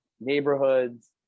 neighborhoods